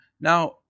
Now